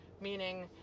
meaning